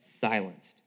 silenced